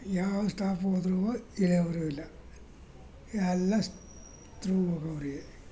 ಯಾವ ಸ್ಟಾಪ್ಗೆ ಹೋದ್ರೂ ಇಳೆಯವರು ಇಲ್ಲ ಎಲ್ಲ ಸ್ತ್ರೂ ಹೋಗವ್ರೆ